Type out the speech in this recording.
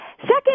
Second